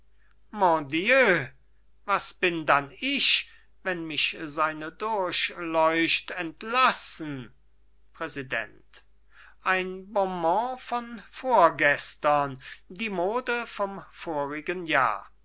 was bin dann ich wenn mich seine durchleucht entlassen präsident ein bonmot von vorgestern die mode vom vorigen jahr